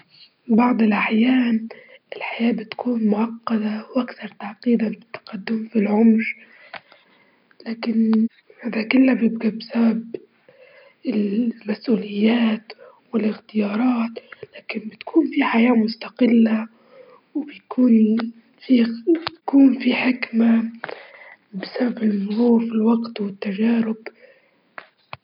أكبر مشكلة نواجهه فيها هي التغيرات المناخية، وهي تغيرات كارثية لإن تأثيرها على البيئة بيكون كارثة، وهي بتكون طالبة التعاون بين الدول وتكون طالبة التعاون الدولي بيش نقدروا نواجهوها.